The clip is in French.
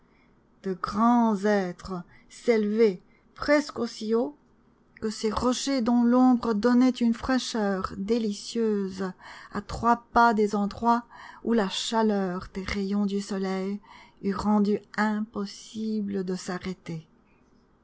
de grands hêtres s'élevaient presque aussi haut que ces rochers dont l'ombre donnait une fraîcheur délicieuse à trois pas des endroits où la chaleur des rayons du soleil eût rendu impossible de s'arrêter